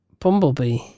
bumblebee